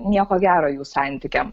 nieko gero jų santykiam